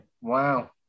Wow